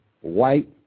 white